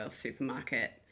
supermarket